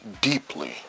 Deeply